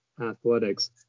athletics